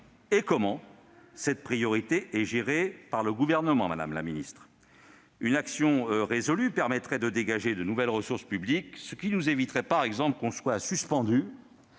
et comment cette priorité est-elle gérée par le Gouvernement, madame la ministre ? Une action résolue permettrait de dégager de nouvelles ressources publiques, ce qui nous éviterait, par exemple, d'être suspendus